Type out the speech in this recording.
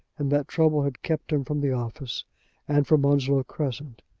and that trouble had kept him from the office and from onslow crescent.